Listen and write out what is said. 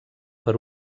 per